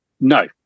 No